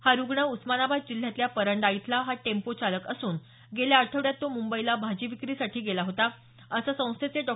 हा रुग्ण उस्मानाबाद जिल्ह्यातल्या परांडा इथला हा टेंपो चालक असून गेल्या आठवड्यात तो मुंबईला भाजी विक्रीसाठी गेला होता असं संस्थेचे डॉ